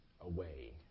away